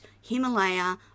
Himalaya